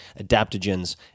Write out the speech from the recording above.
adaptogens